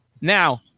Now